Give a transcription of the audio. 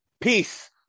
Peace